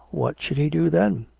what should he do then?